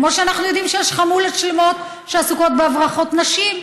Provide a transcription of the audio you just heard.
כמו שאנחנו יודעים שיש חמולות שלמות שעסוקות בהברחות נשים,